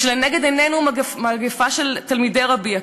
כשלנגד עינינו המגפה של תלמידי רבי עקיבא,